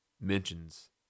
mentions